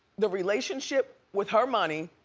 the relationship with her money,